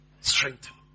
Strengthen